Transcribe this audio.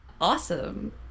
Awesome